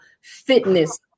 fitness